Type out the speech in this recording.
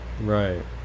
Right